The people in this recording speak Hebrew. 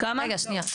שתיים.